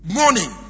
morning